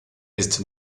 ist